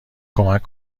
کمک